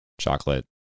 chocolate